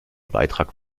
beitrag